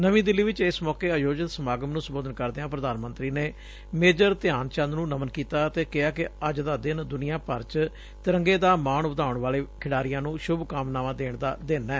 ਨਵੀਂ ਦਿੱਲੀ ਚ ਇਸ ਮੌਕੇ ਆਯੋਜਿਤ ਸਮਾਗਮ ਨੰ ਸੰਬੋਧਨ ਕਰਦਿਆਂ ਪੁਧਾਨ ਮੰਤਰੀ ਨੇ ਮੇਜਰ ਧਿਆਨ ਚੰਦ ਨੰ ਨਮਨ ਕੀਤਾ ਅਤੇ ਕਿਹਾ ਕਿ ਅੱਜ ਦਾ ਦਿਨ ਦਨੀਆਂ ਭਰ ਚ ਤਿਰੰਗੇ ਦਾ ਮਾਣ ਵਧਾਉਣ ਵਾਲੇ ਖਿਡਾਰੀਆਂ ਨੂੰ ਸੱਭਕਾਮਨਾਵਾਂ ਦੇਣ ਦਾ ਦਿਨ ਐ